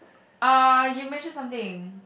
uh you mention something